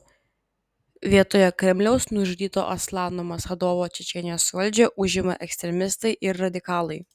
vietoje kremliaus nužudyto aslano maschadovo čečėnijos valdžią užima ekstremistai ir radikalai